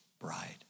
bride